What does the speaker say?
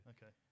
Okay